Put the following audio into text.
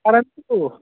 परन्तु